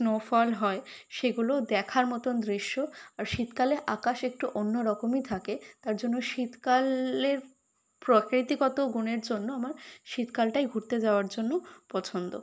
snow fall হয় সেগুলো দেখার মতন দৃশ্য আর শীতকালে আকাশ একটু অন্য রকমই থাকে তার জন্য শীতকালের প্রকৃতিগত গুনের জন্য আমার শীতকালটাই ঘুরতে যাওয়ার জন্য পছন্দ